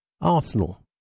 Arsenal